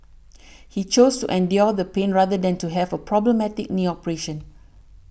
he chose to endure the pain rather than to have a problematic knee operation